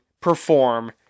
perform